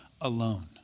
alone